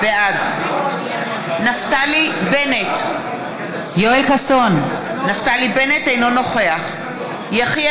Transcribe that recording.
בעד יהודה גליק, אינו נוכח יואב